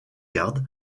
garde